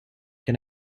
can